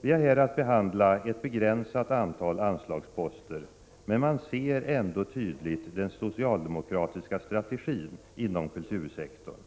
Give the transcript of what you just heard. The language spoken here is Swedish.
Vi har här att behandla ett begränsat antal anslagsposter. Men man ser ändå tydligt den socialdemokratiska strategin inom kultursektorn.